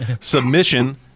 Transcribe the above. Submission